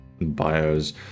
bios